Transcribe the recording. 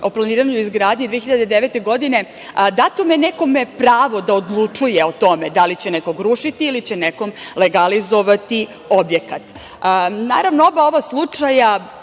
o planiranju i izgradnji 2009. godine, datome nekome pravo da odlučuje o tome da li će nekog rušiti ili će nekom legalizovati objekat. Naravno, oba ova slučaja